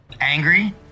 angry